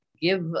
give